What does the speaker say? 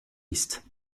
liste